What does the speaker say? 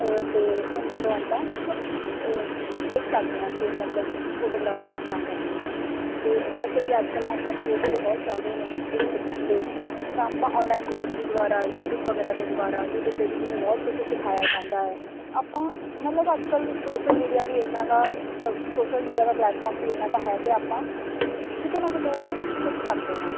ਅਤੇ ਉਹਦੇ ਤੋਂ ਆਪਾਂ ਸਿੱਖ ਸਕਦੇ ਹਾਂ ਕਿ ਮਤਲਬ ਫੋਟੋਗ੍ਰਾਫੀ ਕਿੱਦਾਂ ਕਰਨੀ ਆ ਅਤੇ ਵੈਸੇ ਵੀ ਅੱਜ ਕੱਲ੍ਹ ਔਨਲਾਈਨ ਕੋਰਸ ਵੀ ਬਹੁਤ ਚੱਲਦੇ ਨੇ ਇਹ ਸਿੱਖਣ ਦੇ ਤਾਂ ਆਪਾਂ ਔਨਲਾਈਨ ਕੋਰਸ ਦੇ ਦੁਆਰਾ ਯੂਟੀਊਬ ਵਗੈਰਾ ਦੇ ਦੁਆਰਾ ਯੂਟੀਊਬ 'ਤੇ ਵੀ ਜਿਵੇਂ ਬਹੁਤ ਕੁਛ ਸਿਖਾਇਆ ਜਾਂਦਾ ਹੈ ਆਪਾਂ ਮਤਲਬ ਅੱਜ ਕੱਲ੍ਹ ਸੋਸ਼ਲ ਮੀਡੀਆ ਵੀ ਇੰਨਾ ਗਾ ਸੋਸ਼ਲ ਮੀਡੀਆ ਦਾ ਪਲੇਟਫਾਰਮ ਵੀ ਇੰਨਾ ਕੁ ਹੈ ਕਿ ਆਪਾਂ ਕਿਤੋਂ ਨਾ ਕਿਤੋਂ ਵੀ ਸਿੱਖ ਸਕਦੇ ਹਾਂ